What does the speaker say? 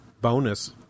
bonus